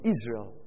Israel